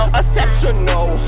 exceptional